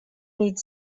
nit